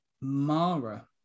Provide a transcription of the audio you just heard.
Mara